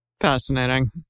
Fascinating